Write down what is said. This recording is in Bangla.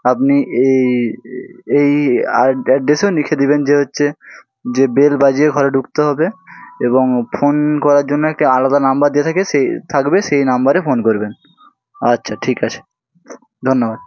আপনি এই এই আই অ্যাড্রেসে লিখে দিবেন যে হচ্ছে যে বেল বাজিয়ে ঘরে ঢুকতে হবে এবং ফোন করার জন্য একটি আলাদা নাম্বার দিয়া থাকে সে থাকবে সেই নাম্বারে ফোন করবেন আচ্ছা ঠিক আছে ধন্যবাদ